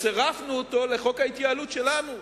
וצירפנו אותו לחוק ההתייעלות שלנו.